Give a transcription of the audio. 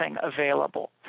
available